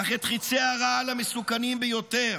אך את חיצי הרעל המסוכנים ביותר